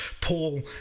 Paul